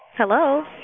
Hello